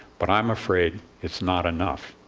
but i'm afraid it's not enough.